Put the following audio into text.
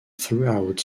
throughout